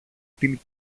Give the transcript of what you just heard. την